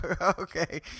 Okay